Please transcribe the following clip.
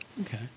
Okay